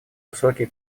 высокие